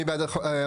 מי בעד 41?